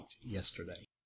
yesterday